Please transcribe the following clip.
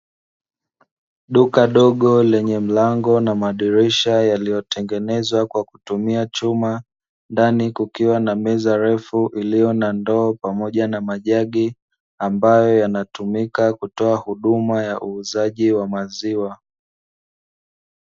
Duka dogo lenye mlango na madirisha yaliyotengenezwa kwa kutumia chuma, ndani kukiwa na meza refu iliyo na ndoo pamoja na majagi ambayo yanatumika kutoa huduma ya uuzaji wa maziwa.